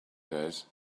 days